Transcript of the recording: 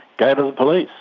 go to the police.